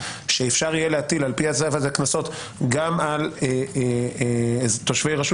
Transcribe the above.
שאפשר יהיה להטיל קנסות גם על תושבי רשות